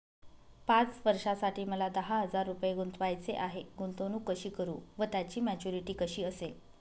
पाच वर्षांसाठी मला दहा हजार रुपये गुंतवायचे आहेत, गुंतवणूक कशी करु व त्याची मॅच्युरिटी कशी असेल?